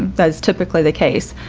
that's typically the case.